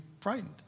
frightened